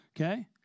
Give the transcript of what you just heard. okay